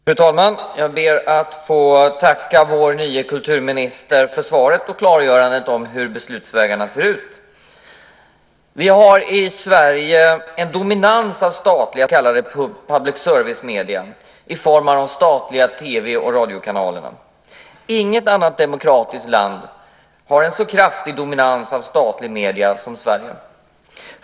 Fru talman! Jag ber att få tacka vår nye kulturminister för svaret och klargörandet av hur beslutsvägarna ser ut. Vi har i Sverige en dominans av statliga så kallade public service medier i form av de statliga TV och radiokanalerna. Inget annat demokratiskt land har en så kraftig dominans av statliga medier som Sverige.